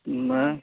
मग